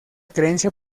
creencia